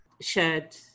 shared